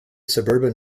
suburban